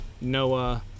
Noah